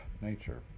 nature